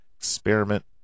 experiment